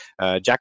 Jack